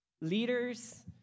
leaders